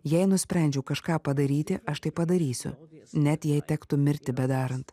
jei nusprendžiau kažką padaryti aš tai padarysiu net jei tektų mirti bedarant